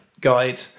guide